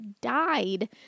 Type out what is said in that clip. died